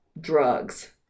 drugs